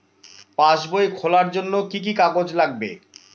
পাসবই খোলার জন্য কি কি কাগজ লাগবে?